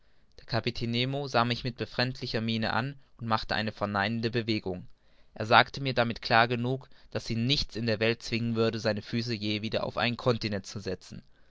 der kapitän nemo sah mich mit befremdlicher miene an und machte eine verneinende bewegung er sagte mir damit klar genug daß ihn nichts in der welt zwingen würde seine füße je wieder auf einen continent zu setzen